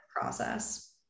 process